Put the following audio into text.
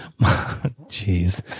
Jeez